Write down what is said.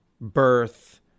Birth